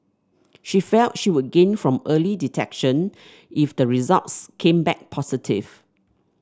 she felt she would gain from early detection if the results came back positive